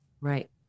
Right